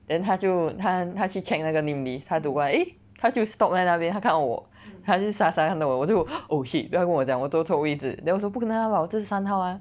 then 她就她她去 check 那个 namelist 她走过来 eh 她就 stop 在那边她看我她就傻傻看着我我就 oh shit 不要跟我讲我坐错位子 then 我说不可能 ah 这是三号 ah